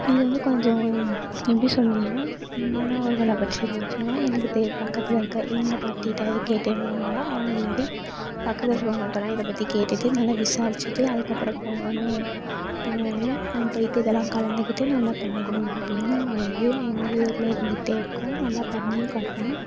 இதை வந்து கொஞ்சம் எப்படி சொல்றதுனால் முன்னே ஒரு எனக்கு தெ பக்கத்தில் இருக்கற எங்கள் பாட்டிகிட்ட கேட்டேன் ரொம்ப நாளாக அவங்க எல்லார்கிட்டையும் பக்கத்தில் உள்ளவங்கள்கிட்டலாம் இதை பற்றி கேட்டுகிட்டு நல்லா விசாரிச்சுட்டு அதுக்கப்புறோம் போகணும் போகிறேன் அங்கே போயிட்டு இதெல்லாம் கலந்துக்கிட்டு நல்லா பண்ணணும் அப்படின்னு ஒரு இது எனக்கு வந்து எனக்குள்ளே இருந்துகிட்டே இருக்கும் நல்லா பண்ணியும் காட்டணும்